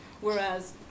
whereas